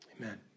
amen